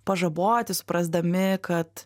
pažaboti suprasdami kad